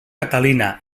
catalina